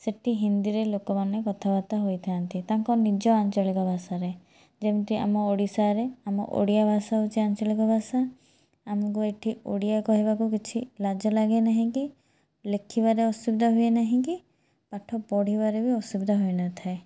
ସେଠି ହିନ୍ଦୀରେ ଲୋକମାନେ କଥାବାର୍ତ୍ତା ହୋଇଥାନ୍ତି ତାଙ୍କ ନିଜ ଆଞ୍ଚଳିକ ଭାଷାରେ ଯେମିତି ଆମ ଓଡ଼ିଶାରେ ଆମ ଓଡ଼ିଆ ଭାଷା ହେଉଛି ଆଞ୍ଚଳିକ ଭାଷା ଆମକୁ ଏଠି ଓଡ଼ିଆ କହିବାକୁ କିଛି ଲାଜ ଲାଗେ ନାହିଁ କି ଲେଖିବାରେ ଅସୁବିଧା ହୁଏ ନାହିଁ କି ପାଠ ପଢ଼ିବାରେ ବି ଅସୁବିଧା ହୋଇନଥାଏ